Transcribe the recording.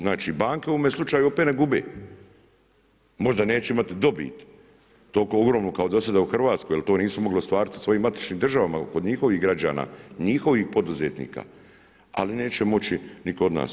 Znači banke u ovome slučaju opet ne gube, možda neće imati dobit toliko ogromno kao do sada u Hrvatskoj jer to nisu mogli ostvariti u svojim matičnim državama kod njihovih građana, njihovih poduzetnika, ali neće moći ni kod nas.